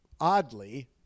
oddly